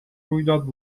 رویداد